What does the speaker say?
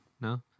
No